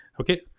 okay